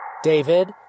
David